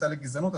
הסתה לגזענות,